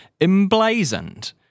emblazoned